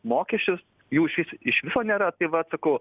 mokesčius jų išvis iš viso nėra tai vat sakau